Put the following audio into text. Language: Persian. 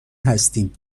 هستیم